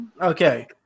Okay